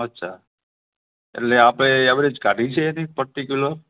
અચ્છા એટલે આપે ઍવરેજ કાઢી છે એની પર્ટિક્યુલર